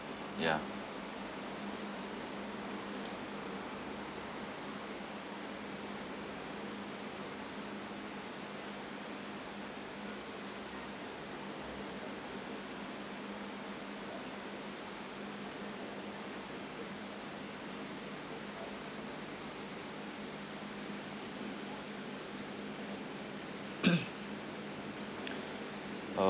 ya